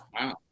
Wow